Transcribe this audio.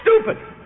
stupid